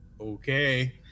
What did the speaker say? okay